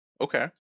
okay